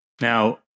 Now